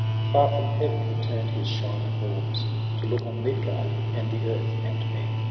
and far from heaven he turn'd his shining orbs to look on midgard, and the earth, and men.